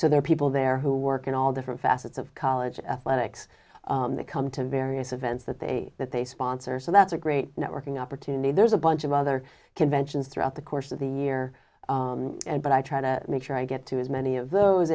so there are people there you work in all different facets of college athletics they come to various events that they that they sponsor so that's a great networking opportunity there's a bunch of other conventions throughout the course of the year but i try to make sure i get to as many of those